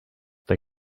they